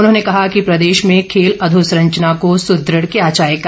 उन्होंने कहा कि प्रदेश में खेल अधोसंरचना को सुदृढ़ किया जाएगा